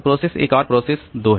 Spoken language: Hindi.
तो प्रोसेस एक और प्रोसेस 2